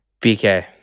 BK